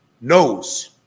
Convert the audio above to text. knows